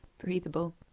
Breathable